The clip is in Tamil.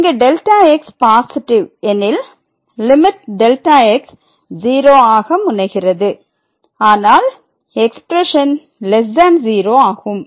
இங்கு Δx பாசிட்டிவ் எனில் லிமிட் Δx 0 ஆக முனைகிறது ஆனால் எக்ஸ்பிரஷன் 0 ஆகும்